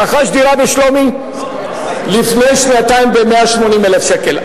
רכש דירה בשלומי לפני שנתיים ב-180,000 שקל.